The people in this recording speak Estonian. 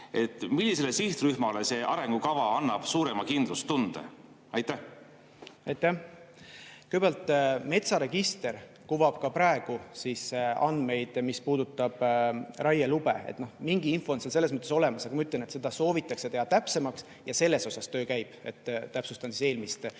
Millisele sihtrühmale see arengukava annab suurema kindlustunde? Aitäh! Kõigepealt, metsaregister kuvab ka praegu andmeid, mis puudutavad raielube. Mingi info on selles mõttes olemas, aga ma ütlen, et seda soovitakse teha täpsemaks ja see töö käib. Täpsustan eelmist